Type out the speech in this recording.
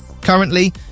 Currently